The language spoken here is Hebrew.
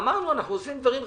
אמרנו שאנחנו עושים דברים חריגים,